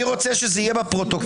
יהיה בפרוטוקול.